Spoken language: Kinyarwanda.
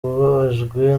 ubabajwe